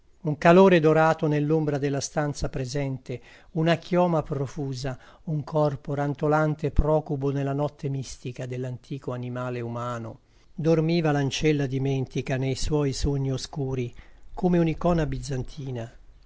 un calore dorato nell'ombra della stanza presente una chioma profusa un corpo rantolante procubo nella notte mistica dell'antico animale umano dormiva l'ancella dimentica nei suoi sogni oscuri come un'icona bizantina